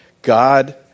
God